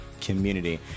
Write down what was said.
community